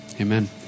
Amen